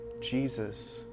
Jesus